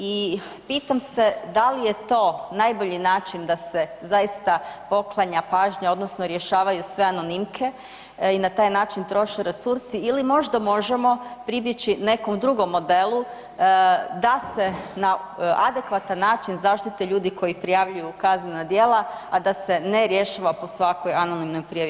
I pitam se da li je to najbolji način da se zaista poklanja pažnja, odnosno rješavaju sve anonimke i na taj način troše resursi ili možda možemo pribjeći nekom drugom modelu da se na adekvatan način zaštite ljudi koji prijavljuju kaznena djela, a da se ne rješava po svakoj anonimnoj prijavi.